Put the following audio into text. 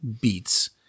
beats